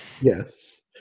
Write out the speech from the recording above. Yes